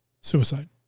Suicide